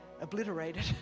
obliterated